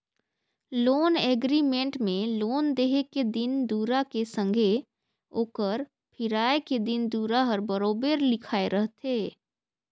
loan agreement में loan देहे के दिन दुरा के संघे ओकर फिराए के दिन दुरा हर बरोबेर लिखाए रहथे